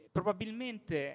Probabilmente